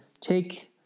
take –